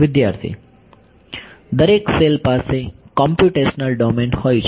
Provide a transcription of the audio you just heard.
વિદ્યાર્થી દરેક સેલ પાસે કોંપ્યુટેશનલ ડોમેન હોય છે